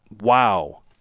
wow